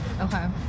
okay